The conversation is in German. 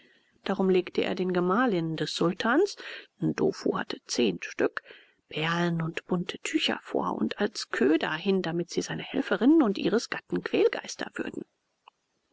darum legte er den gemahlinnen des sultans ndofu hatte zehn stück perlen und bunte tücher vor und als köder hin damit sie seine helferinnen und ihres gatten quälgeister würden